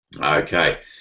Okay